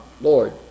Lord